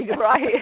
right